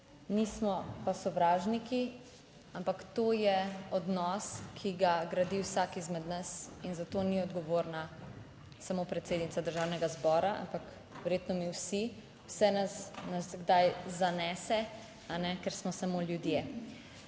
nismo pa sovražniki, ampak to je odnos, ki ga gradi vsak izmed nas in za to ni odgovorna samo predsednica Državnega zbora, ampak verjetno mi vsi. Vse nas kdaj zanese, ker smo samo ljudje.